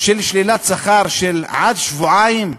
של שלילת שכר של עד שבועיים?